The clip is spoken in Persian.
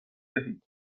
دهید